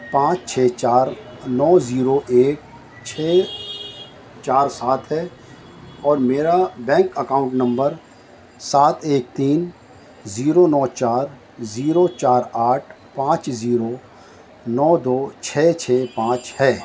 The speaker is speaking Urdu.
پانچ چھے چار نو زیرو ایک چھ چار سات ہے اور میرا بینک اکاؤنٹ نمبر سات ایک تین زیرو نو چار زیرو چار آٹھ پانچ زیرو نو دو چھ چھ پانچ ہے